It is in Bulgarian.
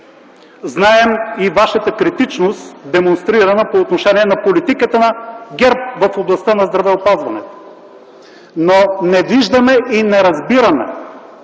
Знаем и Вашата критичност, демонстрирана по отношение политиката на ГЕРБ в областта на здравеопазването. Не виждаме и не разбираме